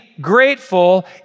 grateful